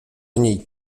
niej